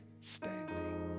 standing